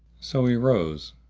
so he rose,